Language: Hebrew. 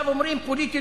אומרים: פוליטי,